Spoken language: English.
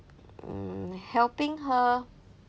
mm helping her